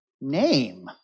name